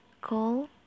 Call